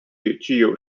具有